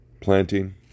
planting